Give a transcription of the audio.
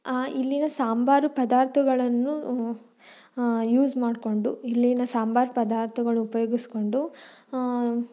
ಇಲ್ಲಿನ ಸಾಂಬಾರು ಪದಾರ್ಥಗಳನ್ನು ಯೂಸ್ ಮಾಡಿಕೊಂಡು ಇಲ್ಲಿನ ಸಾಂಬಾರು ಪದಾರ್ಥಗಳು ಉಪಯೋಗಿಸ್ಕೊಂಡು